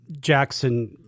Jackson